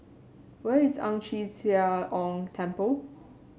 where is Ang Chee Sia Ong Temple